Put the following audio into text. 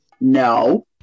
No